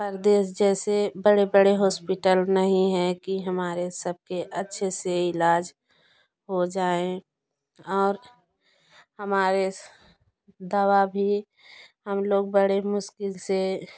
प्रदेश जैसे बड़े बड़े हॉस्पिटल नहीं हैं कि हमारे सबके अच्छे से इलाज हो जाएँ और हमारे दवा भी हम लोग बड़े मुश्किल से